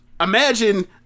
imagine